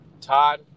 Todd